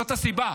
זאת הסיבה.